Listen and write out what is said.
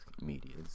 medias